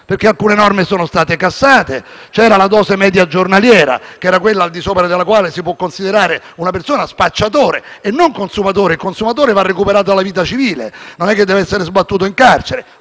perché alcune norme sono state cassate. Ad esempio, c'era la dose media giornaliera, che era quella al di sopra della quale una persona si poteva considerare spacciatore e non consumatore, laddove il consumatore va recuperato alla vita civile, non è che deve essere sbattuto in carcere,